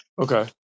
Okay